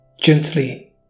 gently